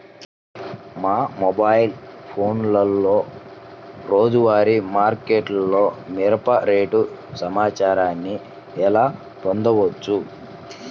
మా మొబైల్ ఫోన్లలో రోజువారీ మార్కెట్లో మిరప రేటు సమాచారాన్ని ఎలా పొందవచ్చు?